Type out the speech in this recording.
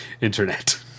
internet